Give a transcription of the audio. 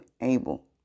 able